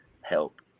help